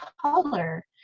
color